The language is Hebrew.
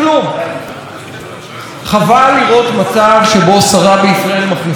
חבל לראות מצב שבו שרה בישראל מכניסה את עצמה לניגוד עניינים כזה,